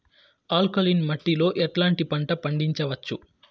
Alkaline మట్టి లో ఎట్లాంటి పంట పండించవచ్చు,?